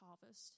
harvest